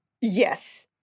Yes